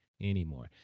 anymore